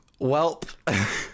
Welp